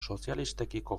sozialistekiko